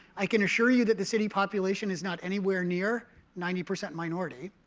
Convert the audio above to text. i can assure you that the city population is not anywhere near ninety percent minority,